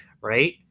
right